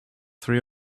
three